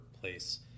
place